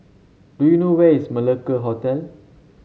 do you know where is Malacca Hotel